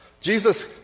Jesus